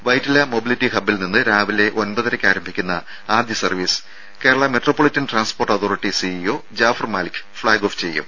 Vyttila mobility ഹബ്ബിൽ നിന്ന് രാവിലെ ഒൻപതരക്ക് ആരംഭിക്കുന്ന ആദ്യ service Kerala metropolitan transport authority CEO Jafar Malik flag off ചെയ്യും